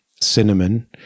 Cinnamon